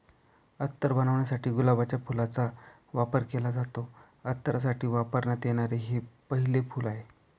अत्तर बनवण्यासाठी गुलाबाच्या फुलाचा वापर केला जातो, अत्तरासाठी वापरण्यात येणारे हे पहिले फूल आहे